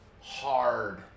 hard